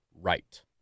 Right